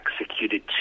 executed